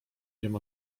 wiem